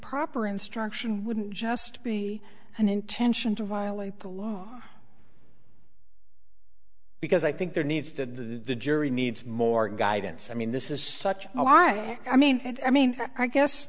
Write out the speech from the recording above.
proper instruction wouldn't just be an intention to violate the law because i think there needs to jerry needs more guidance i mean this is such a lie i mean i mean i guess